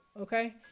okay